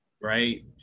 Right